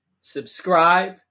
subscribe